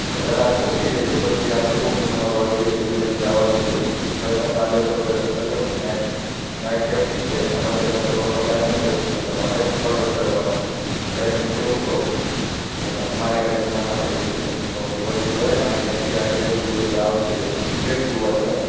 તો વહેલા સાર પહોંચી જજો પછી આપણે જુઓ હું તમને મારો આઈડિયા કહીં દઉં ત્યાંથી જવાનું છે એ વૈદ્યનાથ મહાદેવ તમે દર્શન કરી લો પછી નાઈટ નાઇટ કૅમ્પિંગ છે એના માટે પહેલાં શરૂઆતમાં ક્લાઇમ્બિંગ કરવું પડશે તમારે પર્વત ચઢવાનો છે તમારે એ ચઢીને નીચે ઉતરો એટલે તમે મારી ગાડી તમારી સામે જ હશે એમાં બધી વસ્તુ ભરીને આપણે ત્યાંથી આગળ જઈશું એટલે આવશે બેટ દ્વારકા